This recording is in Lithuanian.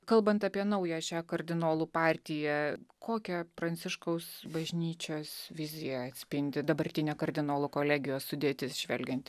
kalbant apie naują šią kardinolų partiją kokią pranciškaus bažnyčios viziją atspindi dabartinė kardinolų kolegijos sudėtis žvelgiant